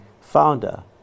founder